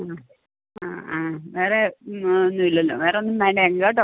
ആ ആ വേറെ ഒന്നും ഇല്ലല്ലോ വേറെ ഒന്നും വേണ്ട ഞങ്ങൾക്ക് കേട്ടോ